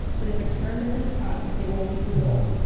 but if a turn doesn't come, it will be brutal.